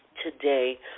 today